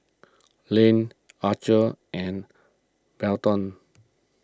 Layne Archer and Belton